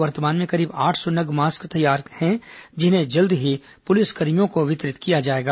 वर्तमान में करीब आठ सो नग मास्क तैयार है जिन्हें जल्द ही पुलिसकर्मियों को वितरित किया जाएगा